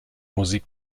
musik